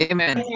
Amen